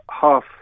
half